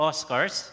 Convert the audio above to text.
Oscars